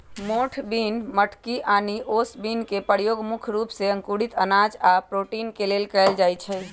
मोठ बिन मटकी आनि ओस बिन के परयोग मुख्य रूप से अंकुरित अनाज आ प्रोटीन के लेल कएल जाई छई